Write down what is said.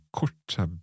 korta